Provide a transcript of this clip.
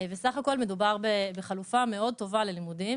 וסך הכול מדובר בחלופה מאוד טובה ללימודים